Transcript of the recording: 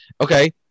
okay